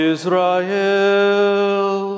Israel